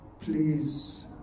Please